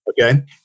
Okay